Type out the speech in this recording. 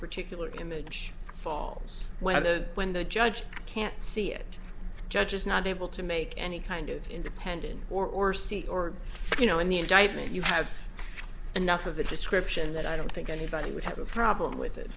particular image falls where the when the judge can't see it judge is not able to make any kind of independent or c or you know in the indictment you have enough of a description that i don't think anybody would have a problem with it